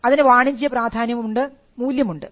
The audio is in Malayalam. അതിന് വാണിജ്യ പ്രാധാന്യമുണ്ട് മൂല്യമുണ്ട്